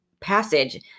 passage